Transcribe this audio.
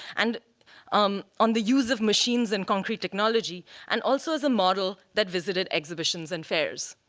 and um on the use of machines and concrete technology, and also as a model that visited exhibitions and fairs.